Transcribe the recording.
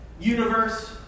universe